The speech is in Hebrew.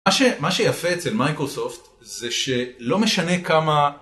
מה שיפה אצל מייקרוסופט זה שלא משנה כמה